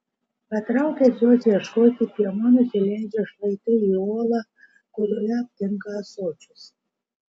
patraukęs jos ieškoti piemuo nusileidžia šlaitu į olą kurioje aptinka ąsočius